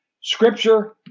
Scripture